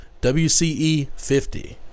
WCE50